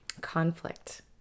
Conflict